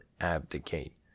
abdicate